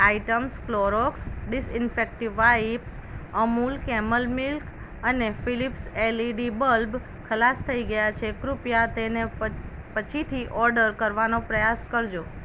items Clorox disinfective wipes Amul camel milk અને Philips LED bulb ખલાસ થઈ ગયો છે કૃપયા તેને પછીથી ઓર્ડર કરવાનો પ્રયાસ કરજો